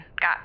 got